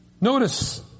notice